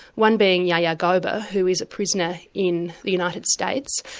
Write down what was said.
one being yah yagoba, who is a prisoner in the united states,